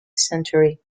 century